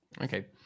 okay